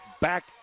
back